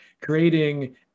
creating